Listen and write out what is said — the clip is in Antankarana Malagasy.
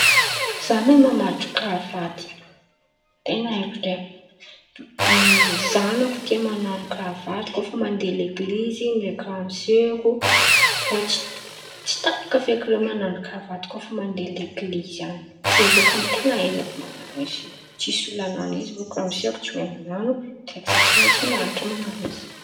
Za mahay mamatotro kravaty, ten̈a aiko ndraiky, ny zanako tia man̈ano kravaty kô fa mandeha leglizy ndraiky ramoseko, irô tsy tsy tapaka feky reo man̈ano kravaty kô fa mande leglizy an̈y zay bôka ten̈a ahaizako man̈ano izy io, tsisy olo an̈ano izy bôka ramoseko tsy mahay man̈ano dônko ze za tsy maintsy mian̈atra man̈ano izy.